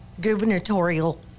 gubernatorial